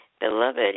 Beloved